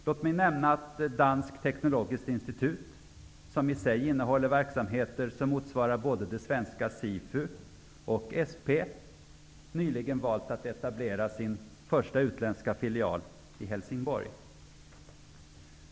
Låt mig nämna att Dansk Teknologisk Institut, som i sig innehåller verksamheter som motsvarar både det svenska SIFU och SP, nyligen valt att etablera sin första utländska filial i Helsingborg.